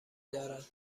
دارم